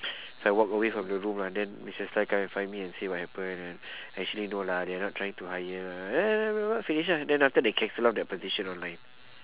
so I walk away from the room ah then missus lai come and find me and say what happen actually no lah they're not trying to hire finish ah then after they cancel that position online